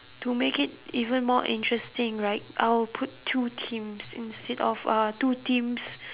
to make it even more interesting right I would put two teams instead of uh two teams